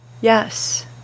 Yes